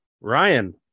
Ryan